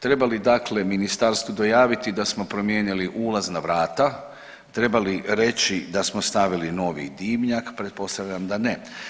Treba li dakle ministarstvu dojaviti da smo promijenili ulazna vrata, treba li reći da smo stavili novi dimnjak, pretpostavljam da ne.